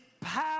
power